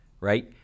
right